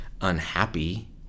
unhappy